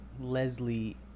Leslie